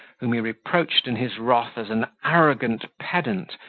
whom he reproached in his wrath as an arrogant pedant,